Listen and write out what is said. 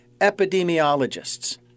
epidemiologists